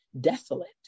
desolate